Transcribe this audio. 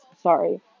sorry